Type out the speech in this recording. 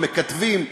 המקטבים,